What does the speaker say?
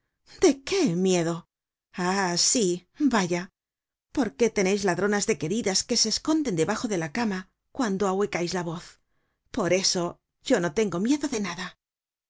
de qué miedo ah sí vaya porque teneis ladronas de queridas que se esconden debajo de la cama cuando ahuecais la voz por eso yo no tengo miedo de nada